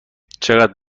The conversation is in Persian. چقدر